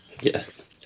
Yes